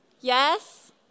Yes